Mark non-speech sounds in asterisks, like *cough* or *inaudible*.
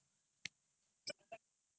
அர்ப்பனிசுட்டியா:arpanichuttiyaa *laughs*